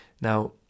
Now